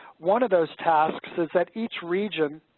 one of those tasks is that each region